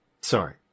sorry